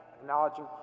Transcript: acknowledging